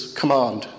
command